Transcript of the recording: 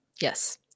Yes